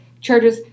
charges